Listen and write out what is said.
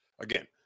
Again